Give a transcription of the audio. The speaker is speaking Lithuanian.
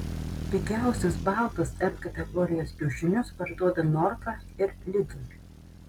pigiausius baltus m kategorijos kiaušinius parduoda norfa ir lidl